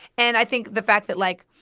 and i think the fact that, like,